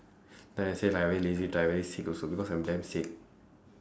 then I say like I very lazy to type I very sick also because I am damn sick